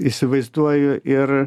įsivaizduoju ir